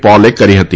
પોલે કરી હતી